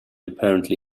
apparently